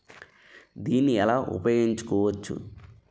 దీన్ని ఎలా ఉపయోగించు కోవచ్చు?